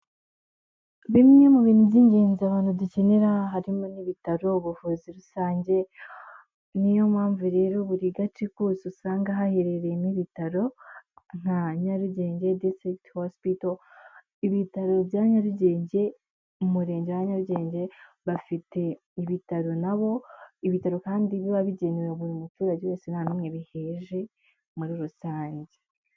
Bimwe mu bintu by'ingenzi abantu dukenera harimo n'ibitaro, ubuvuzi rusange. Niyo mpamvu rero buri gace kose usanga haherereyemo ibitaro nka Nyarugenge disitirikiti hosipito. Ibitaro bya Nyarugenge, Umurenge wa Nyarugenge bafite ibitaro nabo. Ibitaro kandi biba bigenewe buri muturage wese nta n'umwe biheje muri rusange.